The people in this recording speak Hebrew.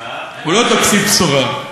הוא לא תקציב בשורה.